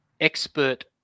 expert